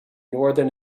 northern